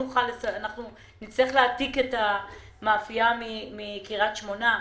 היא תצטרך להעתיק את המאפייה מקרית שמונה.